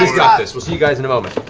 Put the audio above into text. got this, we'll see you guys in a moment.